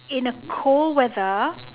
in a cold weather